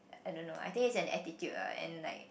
I don't know I think it's an attitude ah and like